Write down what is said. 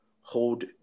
hold –